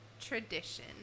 tradition